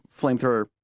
flamethrower